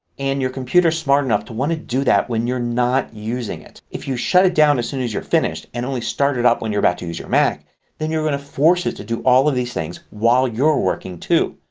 and your computer is smart enough to want to do that when you're not using it. if you shut it down as soon as you're finished and only start it up when you're about to use your mac then you're going to force it to do all of these things while you're working too.